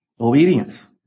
Obedience